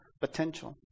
Potential